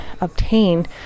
obtain